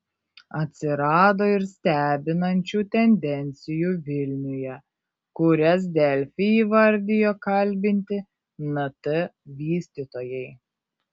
atsirado ir stebinančių tendencijų vilniuje kurias delfi įvardijo kalbinti nt vystytojai